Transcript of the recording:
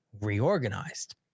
reorganized